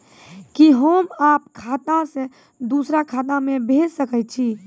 कि होम आप खाता सं दूसर खाता मे भेज सकै छी?